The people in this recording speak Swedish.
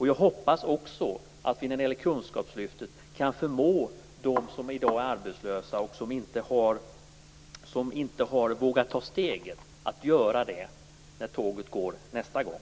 Jag hoppas också att vi med hjälp av kunskapslyftet kan förmå dem som i dag är arbetslösa och som inte har vågat ta steget att göra det när tåget går nästa gång.